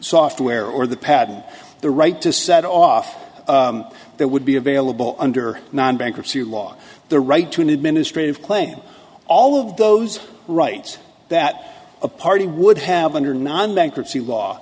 software or the patent the right to set off that would be available under non bankruptcy law the right to an administrative claim all of those rights that a party would have under non bankruptcy law